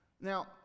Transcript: Now